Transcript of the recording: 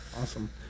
Awesome